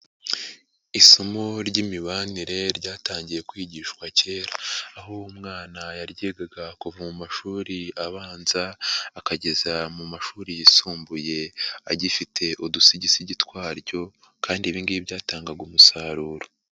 Isomo ry'imibanire ryatangiye kwigishwa kera, aho umwana yaryigaga kuva mu mashuri abanza akageza mu mashuri yisumbuye agifite udusigisigi twaryo, kandi ibingibi byatangaga umusaruro.